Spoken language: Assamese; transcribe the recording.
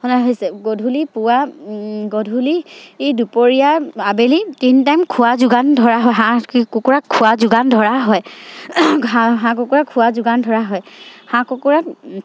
সনা হৈছে গধূলি পোৱা গধূলি ই দুপৰীয়া আবেলি তিনি টাইম খোৱা যোগান ধৰা হয় হাঁহ কুকুৰাক খোৱা যোগান ধৰা হয় হাঁহ হাঁহ কুকুৰা খোৱা যোগান ধৰা হয় হাঁহ কুকুৰাক